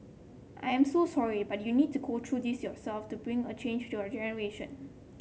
I am so sorry but you need to go through this yourself to bring a change to your generation